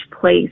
place